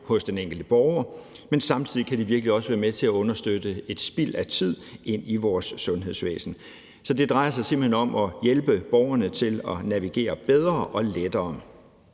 hos den enkelte borger, men samtidig kan de virkelig også være med til at understøtte et spild af tid i vores sundhedsvæsen. Så det drejer sig simpelt hen om at hjælpe borgerne til at navigere bedre og lettere.